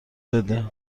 بده